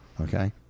Okay